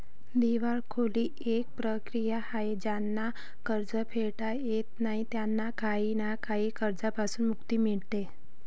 दिवाळखोरी एक प्रक्रिया आहे ज्यांना कर्ज फेडता येत नाही त्यांना काही ना काही कर्जांपासून मुक्ती मिडते